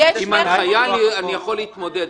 עם הנחיה אני יכול להתמודד,